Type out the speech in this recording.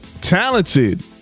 talented